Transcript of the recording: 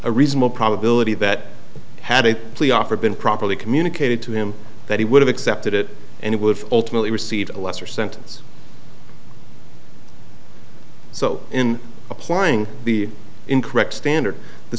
a reasonable probability that had a plea offer been properly communicated to him that he would have accepted it and he would ultimately receive a lesser sentence so in applying the incorrect standard the